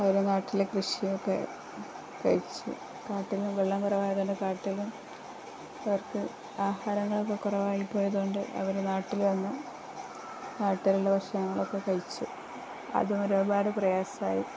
അവര് നാട്ടിലെ കൃഷിയൊക്കെ കഴിച്ചു കാട്ടിലും വെള്ളം കുറവായതുകൊണ്ടു കാട്ടിലും അവർക്ക് ആഹാരങ്ങളൊക്കെ കുറവായിപ്പോയതുകൊണ്ട് അവര് നാട്ടില് വന്നു നാട്ടിലുള്ള ഭക്ഷണങ്ങളൊക്കെ കഴിച്ചു അതും ഒരുപാടു പ്രയാസമായി